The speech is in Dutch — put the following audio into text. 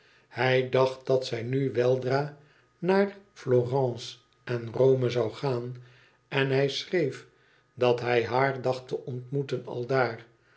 hij dacht dat zij nu weldra naar florence naar rome zou gaan en hij schreef dat hij haar dacht te ontmoeten aldaar